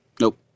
Nope